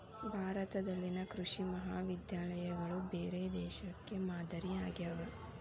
ಭಾರತದಲ್ಲಿನ ಕೃಷಿ ಮಹಾವಿದ್ಯಾಲಯಗಳು ಬೇರೆ ದೇಶಕ್ಕೆ ಮಾದರಿ ಆಗ್ಯಾವ